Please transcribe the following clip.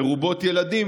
מרובות ילדים,